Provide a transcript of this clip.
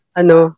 ano